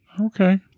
Okay